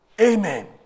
Amen